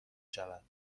شود